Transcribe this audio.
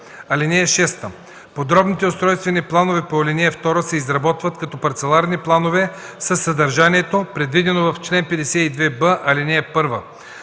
(6) Подробните устройствени планове по ал. 2 се изработват като парцеларни планове със съдържанието, предвидено в чл. 52б, ал. 1.